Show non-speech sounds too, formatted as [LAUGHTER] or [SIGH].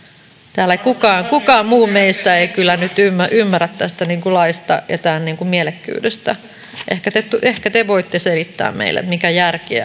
täällä ei kukaan muu meistä kyllä nyt ymmärrä tästä laista ja tämän mielekkyydestä ehkä te ehkä te voitte selittää meille mikä järki [UNINTELLIGIBLE]